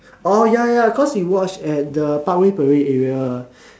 oh ya ya ya because we watch at the parkway parade area